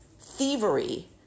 thievery